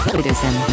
Citizen